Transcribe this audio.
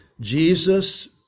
Jesus